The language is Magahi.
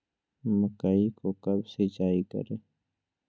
मकई को कब सिंचाई करे?